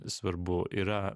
svarbu yra